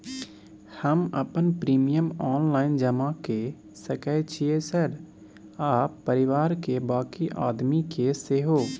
हम अपन premium online जमा के सके छियै सर आ परिवार के बाँकी आदमी के सेहो?